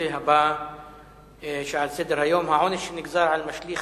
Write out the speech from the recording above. לנושא הבא על סדר-היום: הוספתו של העונש שנגזר על משליך